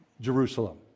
Jerusalem